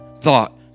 thought